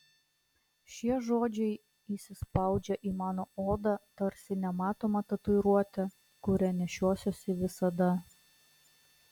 šie žodžiai įsispaudžia į mano odą tarsi nematoma tatuiruotė kurią nešiosiuosi visada